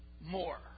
more